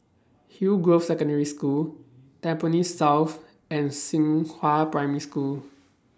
Hillgrove Secondary School Tampines South and Xinghua Primary School